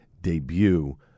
debut